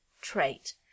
trait